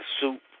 soup